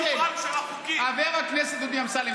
חבר הכנסת דודי אמסלם,